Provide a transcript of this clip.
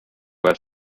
earth